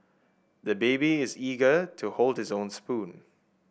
the baby is eager to hold his own spoon